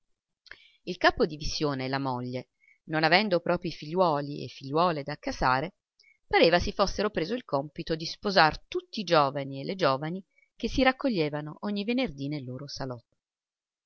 cargiuri-crestari il capo-divisione e la moglie non avendo proprii figliuoli e figliuole da accasare pareva si fossero preso il compito di sposar tutti i giovani e le giovani che si raccoglievano ogni venerdì nel loro salotto